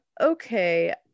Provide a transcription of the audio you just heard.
okay